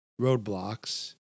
roadblocks